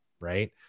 right